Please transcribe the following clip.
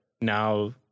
now